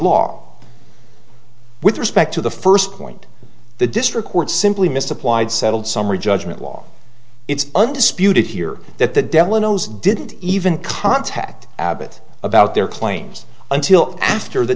law with respect to the first point the district court simply misapplied settled summary judgment law it's undisputed here that the delano is didn't even contact abbott about their claims until after the